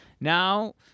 Now